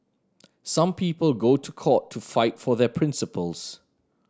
some people go to court to fight for their principles